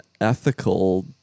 ethical